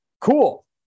Cool